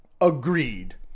agreed